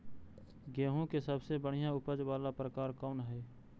गेंहूम के सबसे बढ़िया उपज वाला प्रकार कौन हई?